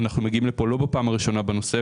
אנחנו מגיעים לפה לא בפעם הראשונה בנושא,